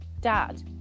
dad